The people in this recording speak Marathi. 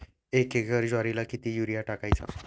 एक एकर ज्वारीला किती युरिया टाकायचा?